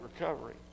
Recovery